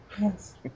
Yes